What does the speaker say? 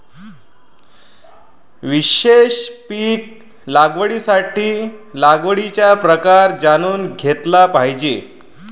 विशेष पीक लागवडीसाठी लागवडीचा प्रकार जाणून घेतला पाहिजे